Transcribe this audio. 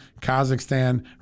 Kazakhstan